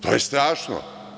To je strašno.